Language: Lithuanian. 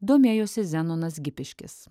domėjosi zenonas gipiškis